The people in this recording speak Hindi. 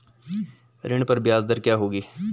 ऋण पर ब्याज दर क्या होगी?